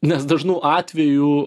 nes dažnu atveju